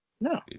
No